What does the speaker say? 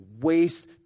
waste